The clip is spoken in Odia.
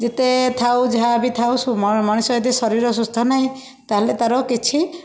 ଯେତେ ଥାଉ ଯାହାବି ଥାଉ ସୁ ମଣିଷ ଯଦି ଶରୀର ସୁସ୍ଥ ନାହିଁ ତାହାଲେ ତାର କିଛି